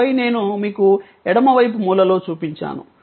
ఆపై నేను మీకు ఎడమ వైపు మూలలో చూపించాను